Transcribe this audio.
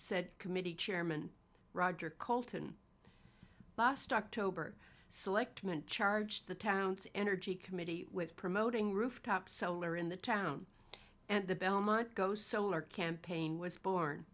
said committee chairman roger colton last october selectman charge the town's energy committee with promoting rooftop solar in the town and the belmont goes solar campaign was born